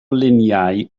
luniau